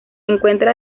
encuentra